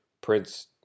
Prince